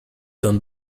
done